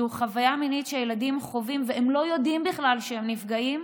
זו חוויה מינית שהילדים חווים והם לא יודעים בכלל שהם נפגעים,